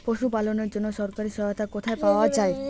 পশু পালনের জন্য সরকারি সহায়তা কোথায় পাওয়া যায়?